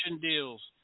deals